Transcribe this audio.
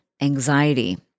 anxiety